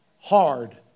hard